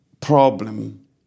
problem